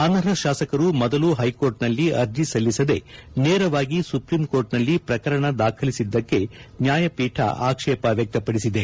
ಅನರ್ಹ ಶಾಸಕರು ಮೊದಲು ಹೈಕೋರ್ಟ್ನಲ್ಲಿ ಅರ್ಜಿ ಸಲ್ಲಿಸದೇ ನೇರವಾಗಿ ಸುಪ್ರೀಂ ಕೋರ್ಟ್ನಲ್ಲಿ ಪ್ರಕರಣ ದಾಖಲಿಸಿದ್ದಕ್ಕೆ ನ್ಯಾಯ ಪೀಠ ಆಕ್ಷೇಪ ವ್ಲ ಕ್ತಪಡಿಸಿದೆ